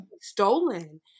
stolen